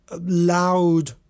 loud